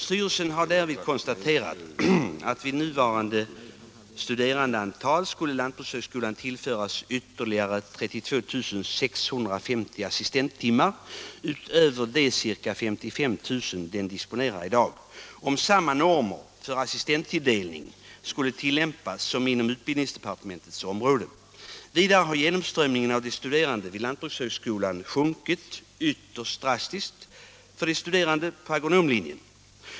Styrelsen har därvid konstaterat att vid nuvarande studerandeantal skulle lantbrukshögskolan tillföras ytterligare 32 650 assistenttimmar utöver de ca 55 000 den disponerar i dag, om samma normer för assistenttilldelning skulle tillämpas som inom utbildningsdepartements område. Vidare har genomströmningen av de studerande vid lantbrukshögskolan sjunkit ytterst drastiskt på agronomlinjen.